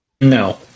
No